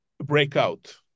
Breakout